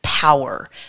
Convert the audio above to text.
power